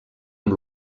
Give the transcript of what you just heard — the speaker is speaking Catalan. amb